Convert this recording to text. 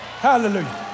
hallelujah